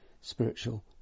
spiritual